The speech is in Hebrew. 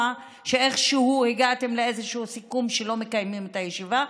שאיכשהו הגעתם לאיזשהו סיכום שלא מקיימים את הישיבה.